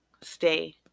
stay